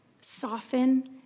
soften